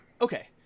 Okay